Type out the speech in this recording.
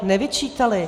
Nevyčítali.